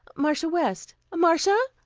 marcia west. marcia,